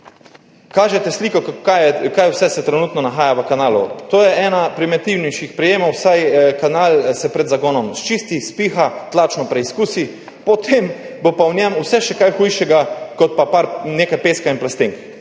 Kažete sliko, kaj vse se trenutno nahaja v kanalu. To je en primitivnejših prijemov, saj kanal se pred zagonom sčisti, spiha, tlačno preizkusi, potem bo pa v njem še vse kaj hujšega kot pa nekaj peska in plastenk.